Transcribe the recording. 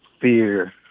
fear